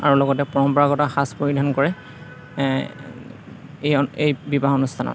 আৰু লগতে পৰম্পৰাগত সাজ পৰিধান কৰে এই এই বিবাহ অনুষ্ঠানত